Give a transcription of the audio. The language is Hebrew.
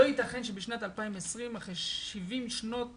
לא ייתכן שבשנת 2020, אחרי 70 שנות